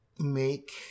make